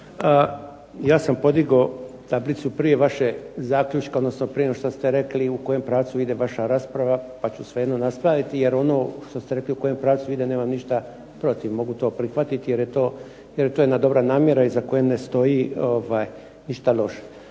Ja sam podigao tablicu prije vaše zaključka, odnosno prije nego što ste rekli u kojem pravcu ide vaša rasprava, pa ću svejedno nastaviti jer ono što ste rekli u kojem pravcu ide nemam ništa protiv, mogu to prihvatiti, jer je to jedna dobra namjera iza koje ne stoji ništa loše.